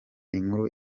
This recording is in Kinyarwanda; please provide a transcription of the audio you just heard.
inkuru